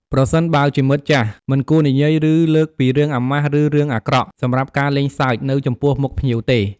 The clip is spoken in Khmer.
ប្រសិនបើជាមិត្តចាស់ មិនគួរនិយាយ ឬ លើកពីរឿងអាម៉ាស់ ឬរឿងអាក្រក់ សម្រាប់ការលេងសើច នៅចំពោះមុខភ្ញៀវទេ។